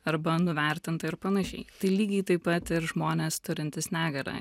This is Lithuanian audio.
arba nuvertinta ir panašiai tai lygiai taip pat ir žmonės turintys negalią